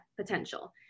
potential